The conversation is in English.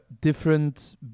different